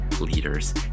leaders